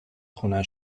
خونه